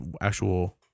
actual